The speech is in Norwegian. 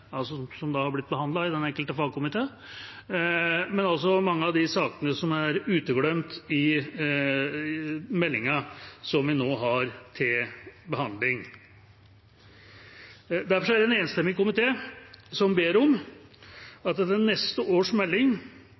som har blitt behandlet i den enkelte fagkomité, men mange av de sakene er uteglemt i meldinga som vi nå har til behandling. Derfor er det en enstemmig komité som ber om at neste års melding